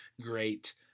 great